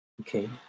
Okay